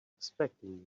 expecting